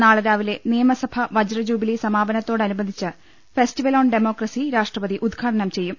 നാളെ രാവിലെ നിയമസഭ വജ്ര ജൂബിലി സമാപനത്തോട് അനുബന്ധിച്ച് ഫെസ്റ്റിവൽ ഓൺ ഡെമോക്രസി രാഷ്ട്രപതി ഉദ്ഘാടനം ചെയ്യും